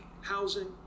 housing